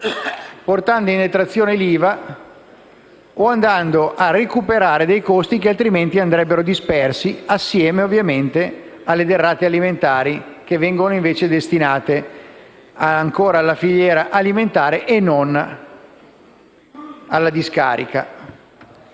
portando in detrazione l'IVA o andando a recuperare costi che altrimenti andrebbero dispersi assieme alle derrate alimentari che invece vengono destinate ancora alla filiera alimentare e non alla discarica.